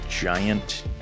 giant